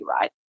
right